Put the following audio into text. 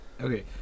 Okay